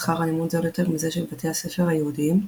שכר הלימוד זול יותר מזה של בתי הספר היהודים.